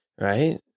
right